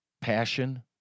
passion